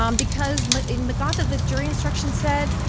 um because but in mcgautha, the jury instructions said,